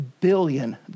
billion